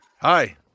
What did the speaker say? Hi